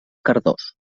cardós